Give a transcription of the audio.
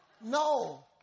No